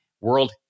world